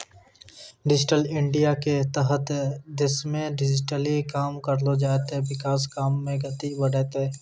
digital इंडियाके तहत देशमे डिजिटली काम करलो जाय ते विकास काम मे गति बढ़तै